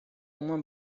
uma